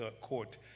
court